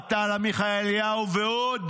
אוהד טל, עמיחי אליהו ועוד,